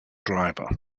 driver